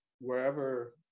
wherever